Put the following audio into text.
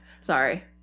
Sorry